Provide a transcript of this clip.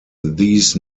these